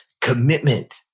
Commitment